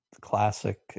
classic